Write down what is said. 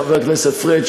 חבר הכנסת פריג',